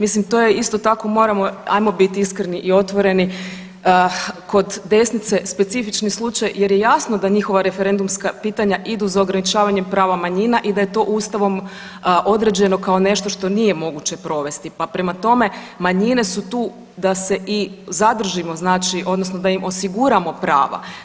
Mislim to je isto tako ajmo biti iskreni i otvoreni kod desnice specifični slučaj jer je jasno da njihova referendumska pitanja idu za ograničavanjem prava manjina i da je to Ustavom određeno kao nešto što nije moguće provesti, pa prema tome manjine su tu da se i zadržimo odnosno da im osiguramo prava.